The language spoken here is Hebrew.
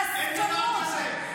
נפלת בזה.